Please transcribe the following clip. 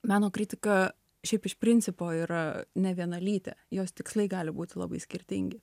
meno kritika šiaip iš principo yra nevienalytė jos tikslai gali būti labai skirtingi